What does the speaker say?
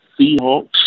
Seahawks